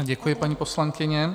Děkuji, paní poslankyně.